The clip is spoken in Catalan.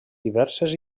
diverses